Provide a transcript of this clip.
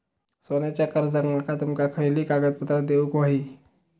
सोन्याच्या कर्जाक माका तुमका खयली कागदपत्रा देऊक व्हयी?